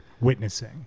witnessing